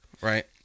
right